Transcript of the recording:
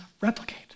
replicate